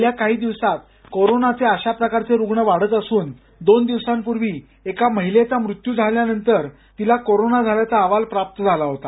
गेल्या काही दिवसात कोरोनाचे अशा प्रकारचे रुग्ण वाढत असून दोन दिवसांपूर्वी एका महिलेचा मृत्यू झाल्यानंतर तिला कोरोना झाल्याचा अहवाल प्राप्त झाला होता